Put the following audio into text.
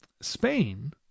Spain